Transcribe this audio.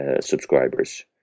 subscribers